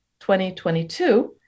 2022